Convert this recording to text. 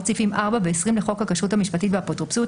סעיפים 4 ו-20 לחוק הכשרות המשפטית והאפוטרופסות,